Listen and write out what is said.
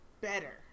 better